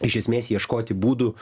iš esmės ieškoti būdų